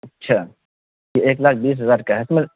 اچھا یہ ایک لاکھ بیس ہزار کا ہے تو میں